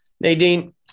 Nadine